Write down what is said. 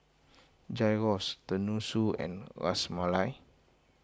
Gyros Tenmusu and Ras Malai